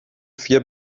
vier